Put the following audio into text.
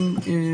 אדוני.